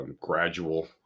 gradual